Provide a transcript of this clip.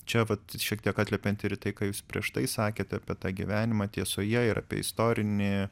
čia vat šiek tiek atliepiant ir į tai ką jūs prieš tai sakėte apie tą gyvenimą tiesoje ir apie istorinį